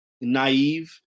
naive